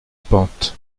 pente